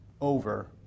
over